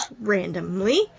Randomly